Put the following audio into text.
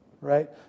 Right